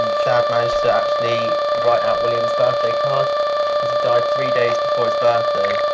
dad managed to actually write out william's birthday card because he died three days before his birthday.